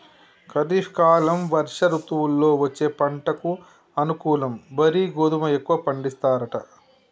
ఖరీఫ్ కాలం వర్ష ఋతువుల్లో వచ్చే పంటకు అనుకూలం వరి గోధుమ ఎక్కువ పండిస్తారట